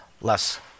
less